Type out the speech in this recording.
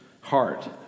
heart